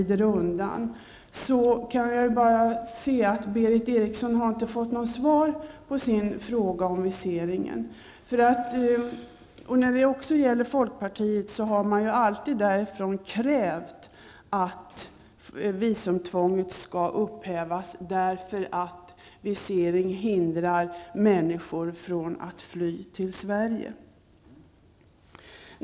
Där kan jag bara se att Berith Eriksson inte har fått något svar på sin fråga om visering. Folkpartiet har ju alltid krävt att visumtvånget skall upphävas eftersom visering hindrar människor från att fly till Sverige.